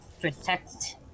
protect